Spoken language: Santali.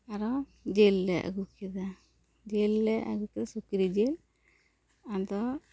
ᱟᱨ ᱦᱚᱸ ᱡᱤᱞ ᱞᱮ ᱟᱹᱜᱩ ᱠᱮᱫᱟ ᱡᱤᱞ ᱞᱮ ᱟᱹᱜᱩ ᱠᱮᱫᱟ ᱥᱩᱠᱨᱤ ᱡᱤᱞ ᱟᱫᱚ